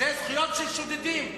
זה זכויות של שודדים,